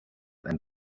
and